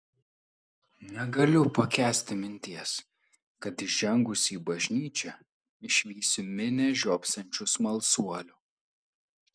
negaliu pakęsti minties kad įžengusi į bažnyčią išvysiu minią žiopsančių smalsuolių